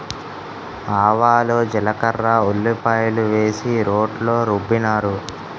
ఆవాలు జీలకర్ర ఉల్లిపాయలు వేసి రోట్లో రుబ్బినారు